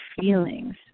feelings